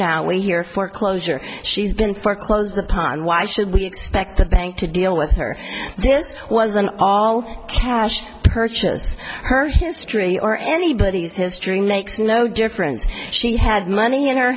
now we hear foreclosure she's been foreclosed upon why should we expect the bank to deal with her this was an all cash purchase her history or anybody's history makes no difference she has money in